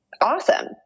awesome